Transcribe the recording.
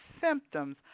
symptoms